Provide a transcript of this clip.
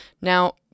Now